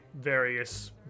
various